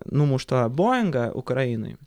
numuštą boingą ukrainoj